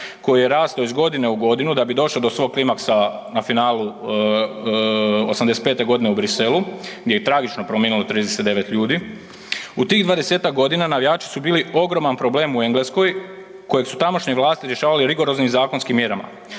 koji je rastao iz godine u godinu da bi došao do svog klimaksa na finalu '85. godine u Bruxellesu gdje je i tragično preminulo 39 ljudi. U tih 20-tak godina navijači su bili ogroman problem u Engleskoj kojeg su tamošnje vlasti rigoroznim zakonskim mjerama,